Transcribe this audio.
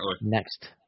next